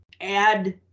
Add